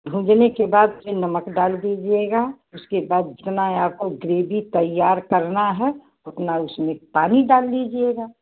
भूंजने के बाद फिर नमक डाल दीजिएगा उसके बाद जितना आपको ग्रेवी तैयार करना है उतना उसमें पानी डाल दीजिएगा